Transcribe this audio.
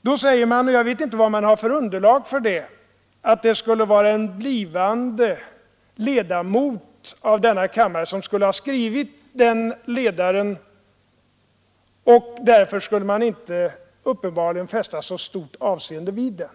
Då sägs det här — och jag vet inte vad det finns för underlag för detta — att en blivande ledamot av denna kammare skulle skrivit den ledaren, och därför skulle man uppenbarligen inte fästa så stort avseende vid den.